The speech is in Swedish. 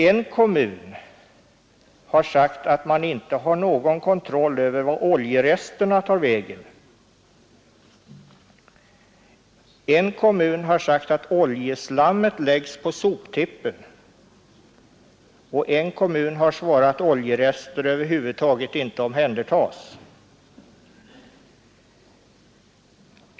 En kommun har sagt att man inte har någon kontroll över vart oljeresterna tar vägen. En kommun har sagt att oljeslammet läggs på soptippen. En kommun har svarat att oljerester över huvud taget inte omhändertas.